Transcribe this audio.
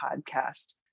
podcast